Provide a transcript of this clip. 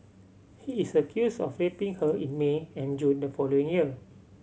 he is accused of raping her in May and June the following year